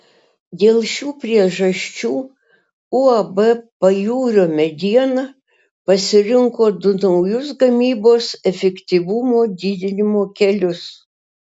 dėl šių priežasčių uab pajūrio mediena pasirinko du naujus gamybos efektyvumo didinimo kelius